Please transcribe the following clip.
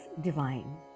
divine